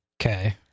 Okay